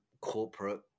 corporate